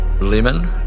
Lemon